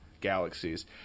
Galaxies